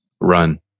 run